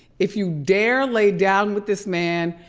if you dare lay down with this man,